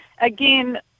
Again